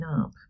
up